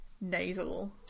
nasal